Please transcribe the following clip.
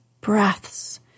breaths